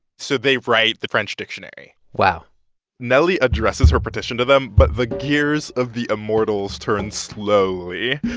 so they write the french dictionary wow nelly addresses her petition to them, but the gears of the immortals turns slowly.